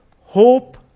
hope